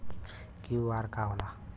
QR का होला?